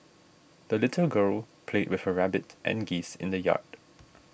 the little girl played with her rabbit and geese in the yard